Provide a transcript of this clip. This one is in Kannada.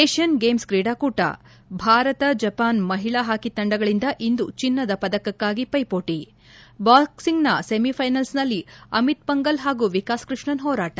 ಏಷ್ಣನ್ ಗೇಮ್ಸ್ ಕ್ರೀಡಾಕೂಟ ಭಾರತ ಜಪಾನ್ ಮಹಿಳಾ ಹಾಕಿ ತಂಡಗಳಿಂದ ಇಂದು ಚಿನ್ನದ ಪದಕಕ್ಕಾಗಿ ಪೈಸೋಟ ಬಾಕ್ಸಿಂಗ್ನ ಸೆಮಿಫೈನಲ್ಸ್ನಲ್ಲಿ ಅಮಿತ್ ಪಂಗಲ್ ಹಾಗೂ ವಿಕಾಸ್ ಕೃಷ್ಣನ್ ಹೋರಾಟ